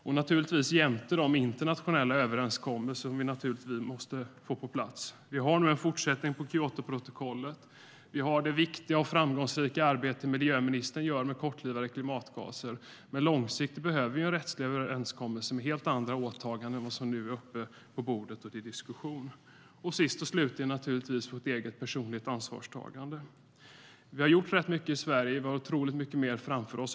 Det handlar också om de internationella överenskommelser som vi naturligtvis måste få på plats. Vi har nu en fortsättning på Kyotoprotokollet. Vi har det viktiga och framgångsrika arbete som miljöministern gör med kortlivade klimatgaser, men långsiktigt behöver vi en rättslig överenskommelse med helt andra åtaganden än vad som nu är uppe på bordet och till diskussion. Sist och slutligen har vi naturligtvis vårt eget personliga ansvarstagande. Herr talman! Vi har gjort rätt mycket i Sverige. Vi har otroligt mycket mer framför oss.